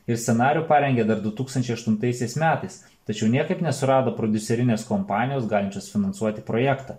ir scenarijų parengė dar du tūkstančiai aštuntaisiais metais tačiau niekaip nesurado prodiuserinės kompanijos galinčios finansuoti projektą